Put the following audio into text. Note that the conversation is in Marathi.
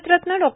भारतरत्न डॉ